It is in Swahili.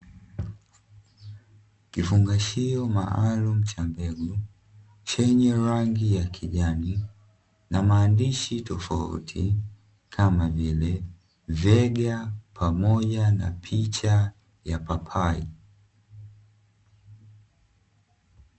Kifungashio maalumu cha mbegu chenye rangi ya kijani na maandishi tofauti kama vile vega pamoja na picha ya papai.